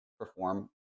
perform